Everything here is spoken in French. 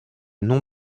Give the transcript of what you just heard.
nom